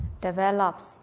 develops